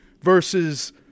versus